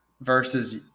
versus